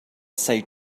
say